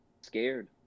scared